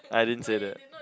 I didn't say that